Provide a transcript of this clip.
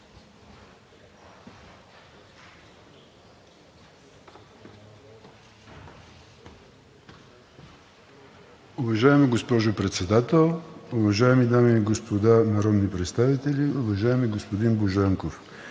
Уважаема госпожо Председател, дами и господа народни представители! Уважаеми господин Божанков,